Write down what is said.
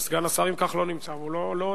אם כך, סגן השר לא נמצא, הוא לא עונה.